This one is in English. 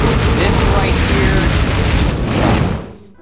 this right here is gonna give me some problems.